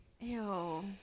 Ew